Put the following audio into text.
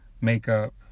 makeup